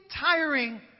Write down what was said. tiring